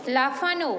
লাফানো